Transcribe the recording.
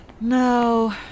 No